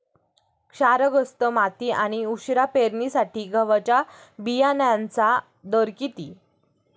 क्षारग्रस्त माती आणि उशिरा पेरणीसाठी गव्हाच्या बियाण्यांचा दर किती?